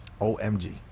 OMG